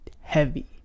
heavy